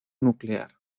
nuclear